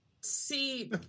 see